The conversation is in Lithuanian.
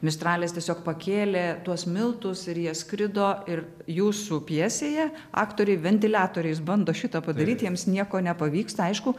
mistralis tiesiog pakėlė tuos miltus ir jie skrido ir jūsų pjesėje aktoriai ventiliatoriais bando šitą padaryti jiems nieko nepavyksta aišku